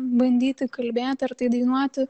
bandyti kalbėt ar tai dainuoti